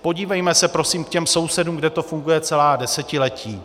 Podívejme se prosím k těm sousedům, kde to funguje celá desetiletí.